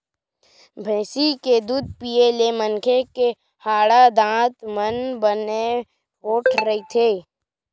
भइसी के दूद पीए ले मनखे के हाड़ा, दांत मन बने पोठ रहिथे